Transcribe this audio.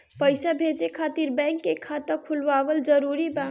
पईसा भेजे खातिर बैंक मे खाता खुलवाअल जरूरी बा?